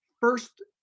first